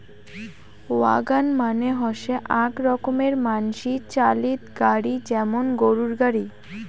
wagon মানে হসে আক রকমের মানসি চালিত গাড়ি যেমন গরুর গাড়ি